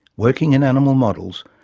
working in animal models,